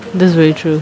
that's very true